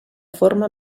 forma